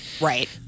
right